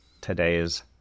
today's